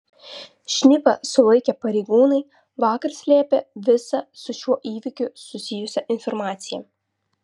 šnipą sulaikę pareigūnai vakar slėpė visą su šiuo įvykiu susijusią informaciją